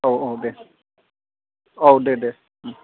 औ औ दे औ दे दे उम